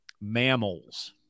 mammals